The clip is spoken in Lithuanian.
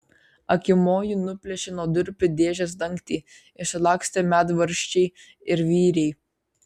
akimoju nuplėšė nuo durpių dėžės dangtį išsilakstė medvaržčiai ir vyriai